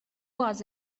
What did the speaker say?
was